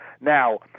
Now